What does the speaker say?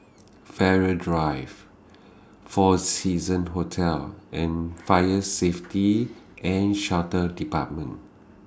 Farrer Drive four Seasons Hotel and Fire Safety and Shelter department